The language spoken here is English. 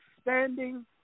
standing